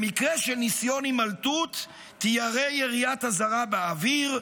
במקרה של ניסיון הימלטות תיירה יריית אזהרה באוויר,